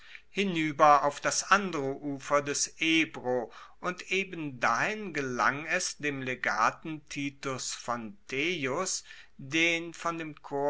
hinueber auf das andere ufer des ebro und ebendahin gelang es dem legaten titus fonteius den von dem